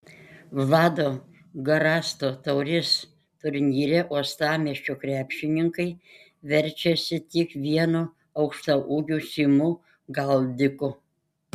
vlado garasto taurės turnyre uostamiesčio krepšininkai verčiasi tik vienu aukštaūgiu simu galdiku